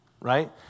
right